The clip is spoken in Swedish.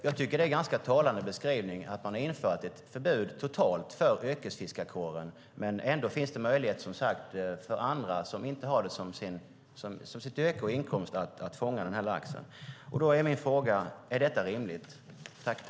Det är en ganska talande beskrivning. Man har infört ett totalt förbud för yrkesfiskarkåren, men ändå finns det möjlighet för andra som inte har det som sitt yrke och sin inkomst att fånga laxen. Min fråga är: Är detta rimligt?